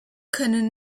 können